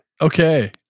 okay